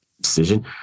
decision